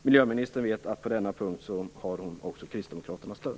Miljöministern vet att hon på denna punkt också har kristdemokraternas stöd.